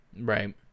Right